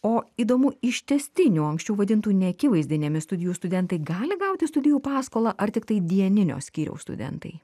o įdomu iš tęstinių anksčiau vadintų neakivaizdinėmis studijų studentai gali gauti studijų paskolą ar tiktai dieninio skyriaus studentai